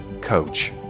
coach